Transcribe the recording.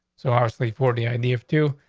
so harshly. forty idea of two.